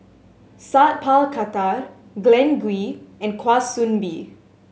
Sat Pal Khattar Glen Goei and Kwa Soon Bee